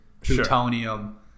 plutonium